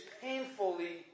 painfully